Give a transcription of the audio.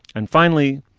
and finally,